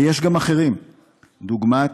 ויש גם אחרים, דוגמת,